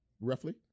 roughly